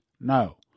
No